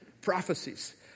Prophecies